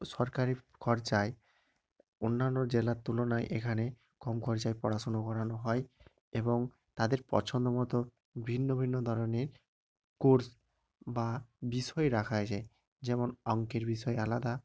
সরকারের খরচায় অন্যান্য জেলার তুলনায় এখানে কম খরচায় পড়াশুনো করানো হয় এবং তাদের পছন্দ মতো ভিন্ন ভিন্ন ধরনের কোর্স বা বিষয় রাখা হয়েছে যেমন অঙ্কের বিষয় আলাদা